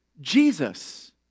Jesus